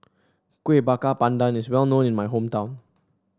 Kuih Bakar Pandan is well known in my hometown